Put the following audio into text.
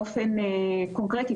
באופן קונקרטי,